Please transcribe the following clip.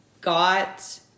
got